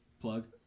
Plug